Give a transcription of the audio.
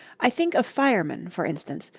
i think a fireman, for instance,